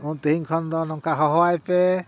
ᱩᱱ ᱛᱮᱦᱮᱧ ᱠᱷᱚᱱ ᱫᱚ ᱱᱚᱝᱠᱟ ᱦᱚᱦᱚᱣᱟᱭ ᱯᱮ